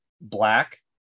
black